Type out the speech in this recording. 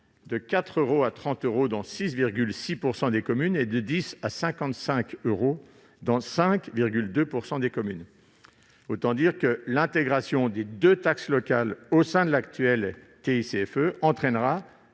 4 euros et 30 euros dans 6,6 % des communes et entre 10 euros et 55 euros dans 5,2 % des communes. Ainsi, l'intégration des deux taxes locales au sein de l'actuelle TICFE entraînera